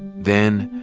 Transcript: then,